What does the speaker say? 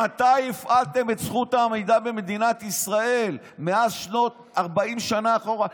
מתי הפעלתם את זכות העמידה במדינת ישראל 40 שנה אחורה?